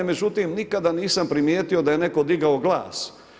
Međutim, nikada nisam primijetio da je netko digao glas.